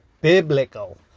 biblical